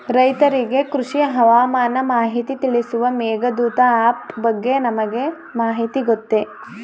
ರೈತರಿಗೆ ಕೃಷಿ ಹವಾಮಾನ ಮಾಹಿತಿ ತಿಳಿಸುವ ಮೇಘದೂತ ಆಪ್ ಬಗ್ಗೆ ತಮಗೆ ಮಾಹಿತಿ ಗೊತ್ತೇ?